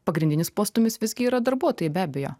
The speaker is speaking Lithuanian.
pagrindinis postūmis visgi yra darbuotojai be abejo